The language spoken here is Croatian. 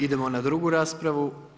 Idemo na drugu raspravu.